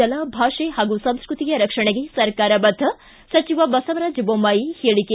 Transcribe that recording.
ಜಲ ಭಾಷೆ ಹಾಗೂ ಸಂಸ್ಕೃತಿಯ ರಕ್ಷಣೆಗೆ ಸರ್ಕಾರ ಬದ್ದ ಸಚಿವ ಬಸವರಾಜ್ ಬೊಮ್ಮಮಿ ಹೇಳಿಕೆ